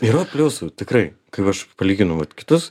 yra pliusų tikrai kai va aš palyginau vat kitus